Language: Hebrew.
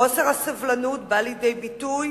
חוסר הסובלנות בא לידי ביטוי